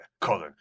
Colin